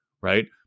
right